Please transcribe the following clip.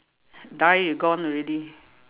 die you gone already